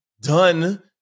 done